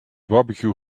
barbecue